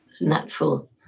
natural